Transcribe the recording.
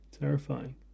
Terrifying